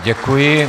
Děkuji.